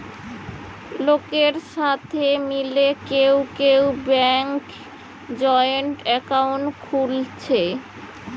লোকের সাথে মিলে কেউ কেউ ব্যাংকে জয়েন্ট একাউন্ট খুলছে